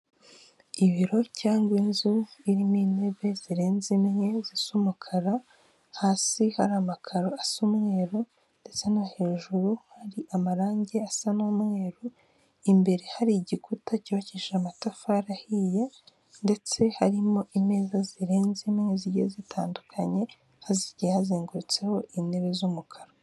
Ibiro cyangwa inzu irimo intebe zirenze imwe zisa umukara hasi hari amakaro asa umweru ndetse no hejuru hari amarangi asa n'umweru imbere hari igikuta cyubakishije amatafari ahiye ndetse harimo imeza zirenze imwe zigiye zitandukanye hagiye hazengurutseho intebe z'umukara.